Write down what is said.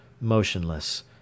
motionless